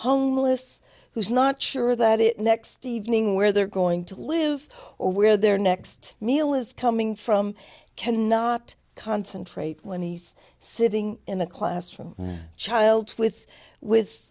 homeless who's not sure that it next evening where they're going to live or where their next meal is coming from cannot concentrate when he's sitting in the classroom child with with